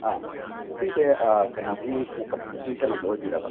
ꯑꯥ ꯁꯤꯁꯦ ꯀꯩꯅꯣꯒꯤ ꯃꯦꯛ ꯎꯞꯀꯤ ꯀꯩꯅꯣꯗꯣ ꯑꯣꯏꯕꯤꯔꯕꯥ